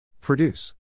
Produce